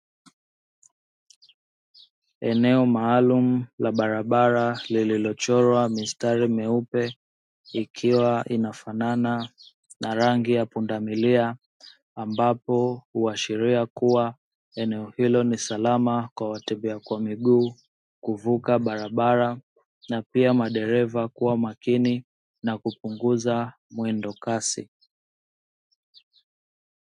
Eneo maalumu la barabara liliochorwa mistari mnyeupe ikiwa, inafanana na rangi ya pundamilia ambapo huashiria kuwa eneo hilo ni salama kwa watembea kwa miguu kuvuka barabara, na pia madereva kuwa makini na kupunguza mwendo kasi.